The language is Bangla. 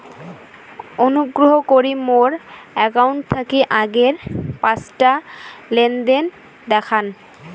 অনুগ্রহ করি মোর অ্যাকাউন্ট থাকি আগের পাঁচটা লেনদেন দেখান